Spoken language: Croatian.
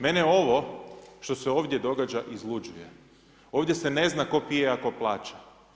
Mene ovo, što se ovdje događa, izluđuje, ovdje se ne zna tko pije, a tko plaća.